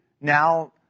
now